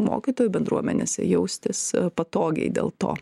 mokytojų bendruomenėse jaustis patogiai dėl to